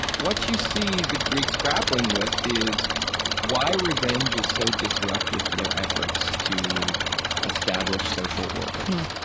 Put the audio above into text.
what you see the greeks grappling with is why revenge is so disruptive to their efforts to establish social order